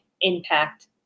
impact